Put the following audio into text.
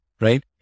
right